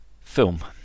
Film